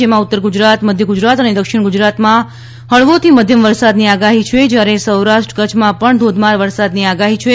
જેમાં ઉત્તર ગુજરાત મધ્ય ગુજરાત અને દક્ષિણ ગુજરાતમાં હળવાથી મધ્યમ વરસાદની આગાહી છે જયારે સૌરાષ્ટ્ર કચ્છમાં ધોધમાર વરસાદની આગાહી છે